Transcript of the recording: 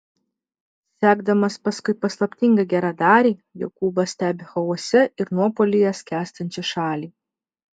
sekdamas paskui paslaptingą geradarį jokūbas stebi chaose ir nuopuolyje skęstančią šalį